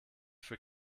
für